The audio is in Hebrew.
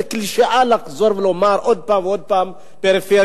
זו קלישאה לחזור ולומר עוד פעם ועוד פעם "פריפריה".